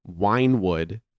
Winewood